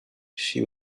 she